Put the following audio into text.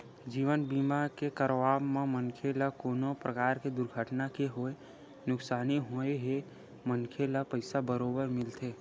जीवन बीमा के करवाब म मनखे ल कोनो परकार ले दुरघटना के होय नुकसानी होए हे मनखे ल पइसा बरोबर मिलथे